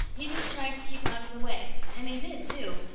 he just tried to keep out of the way. and he did, too.